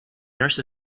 nurse